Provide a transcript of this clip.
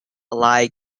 lie